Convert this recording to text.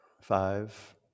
Five